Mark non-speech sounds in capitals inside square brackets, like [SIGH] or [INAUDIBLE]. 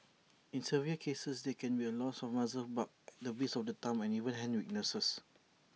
in severe cases there can be loss of muscle bulk [NOISE] the base of the thumb and even hand weakness